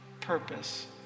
purpose